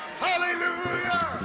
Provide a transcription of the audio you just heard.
Hallelujah